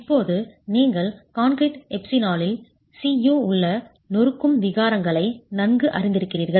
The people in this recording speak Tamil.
இப்போது நீங்கள் கான்கிரீட் எப்சிலானில் cu உள்ள நொறுக்கும் விகாரங்களை நன்கு அறிந்திருக்கிறீர்கள்